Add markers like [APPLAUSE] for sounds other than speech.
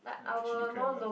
[NOISE] like chili crab ah